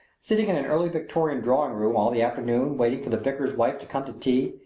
sitting in an early-victorian drawing-room all the afternoon, waiting for the vicar's wife to come to tea,